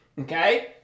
Okay